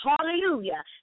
hallelujah